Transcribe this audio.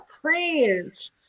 cringe